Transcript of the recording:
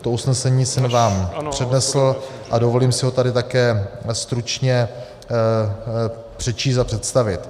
To usnesení jsem vám přednesl a dovolím si ho tady také stručně přečíst a představit.